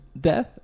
death